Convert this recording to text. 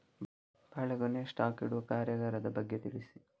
ಬಾಳೆಗೊನೆ ಸ್ಟಾಕ್ ಇಡುವ ಕಾರ್ಯಗಾರದ ಬಗ್ಗೆ ತಿಳಿಸಿ